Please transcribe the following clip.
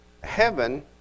heaven